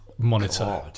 Monitor